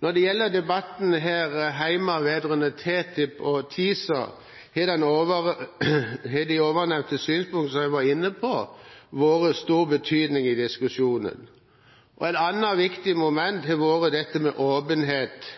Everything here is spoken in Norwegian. Når det gjelder debatten her hjemme vedrørende TTIP og TISA, har de ovennevnte synspunkt som jeg var inne på, vært av stor betydning i diskusjonen. Et annet viktig moment har vært åpenhet rundt forhandlingene. Vi ser nå at EU stiller krav om mer åpenhet